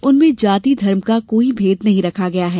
उसमें जाति धर्म का कोई भेद नहीं रखा गया है